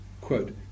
quote